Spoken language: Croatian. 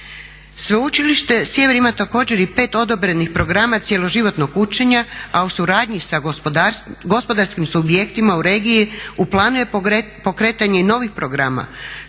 Sveučilište Sjever ima također i 5 odobrenih programa cjeloživotnog učenja, a u suradnji sa gospodarskim subjektima u regiji u planu je pokretanje i novih programa